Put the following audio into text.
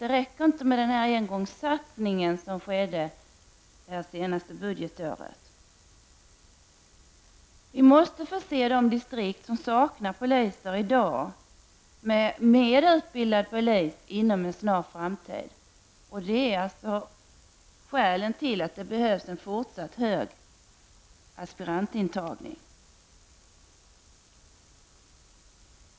Det räcker inte med den engångssatsning som skedde under det senaste budgetåret. Vi måste förse de distrikt som i dag saknar poliser med fler utbildade poliser inom en snar framtid. Detta är skälet till att det behövs en fortsatt hög aspirantintagning.